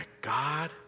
God